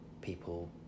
people